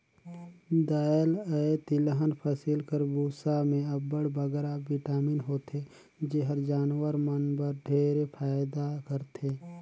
दाएल अए तिलहन फसिल कर बूसा में अब्बड़ बगरा बिटामिन होथे जेहर जानवर मन बर ढेरे फएदा करथे